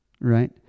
right